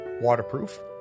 waterproof